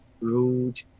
rude